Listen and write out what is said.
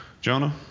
Jonah